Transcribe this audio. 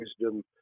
wisdom